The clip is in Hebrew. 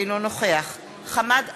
אינו נוכח חמד עמאר,